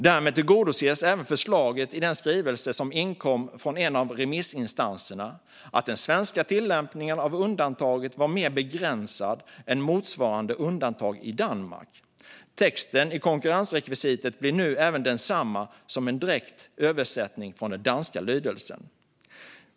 Därmed åtgärdas även det som påpekas i den skrivelse som inkom från en av remissinstanserna - att den svenska tillämpningen av undantaget var mer begränsad än för motsvarande undantag i Danmark. Texten i konkurrensrekvisitet kommer nu att motsvara en direkt översättning av den danska lydelsen.